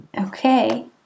Okay